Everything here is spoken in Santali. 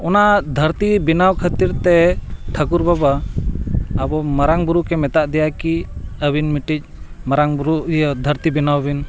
ᱚᱱᱟ ᱫᱷᱟᱹᱨᱛᱤ ᱵᱮᱱᱟᱣ ᱠᱷᱟᱹᱛᱤᱨ ᱛᱮ ᱴᱷᱟᱹᱠᱩᱨ ᱵᱟᱵᱟ ᱟᱵᱚ ᱢᱟᱨᱟᱝ ᱵᱩᱨᱩ ᱜᱮ ᱢᱮᱛᱟ ᱫᱮᱭᱟᱭ ᱠᱤ ᱟᱹᱵᱤᱱ ᱢᱤᱫᱴᱤᱡ ᱢᱟᱨᱟᱝ ᱵᱩᱨᱩ ᱤᱭᱟᱹ ᱫᱷᱟᱹᱨᱛᱤ ᱵᱮᱱᱟᱣ ᱵᱤᱱ